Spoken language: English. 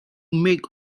make